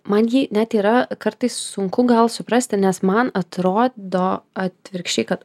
man jį net yra kartais sunku gal suprasti nes man atrodo atvirkščiai kad